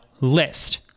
list